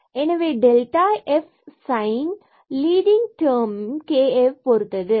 எனவே f குறித் sign sign leading term leading term kஐ பொறுத்தது ஆகும்